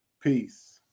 Peace